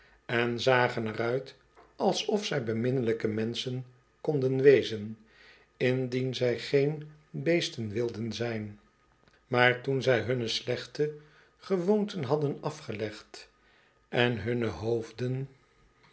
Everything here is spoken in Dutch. en zagen er uit alsof zij beminnelijke menschen konden wezen indien zij geen beesten wilden zijn maar toen zij hunne slechte gewoonten hadden afgelegd en hunne hoofden